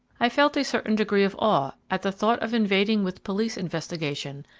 i felt a certain degree of awe at the thought of invading with police investigation,